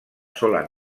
sola